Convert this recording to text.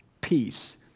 peace